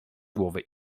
głowy